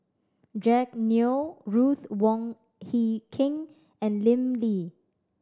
Jack Neo Ruth Wong Hie King and Lim Lee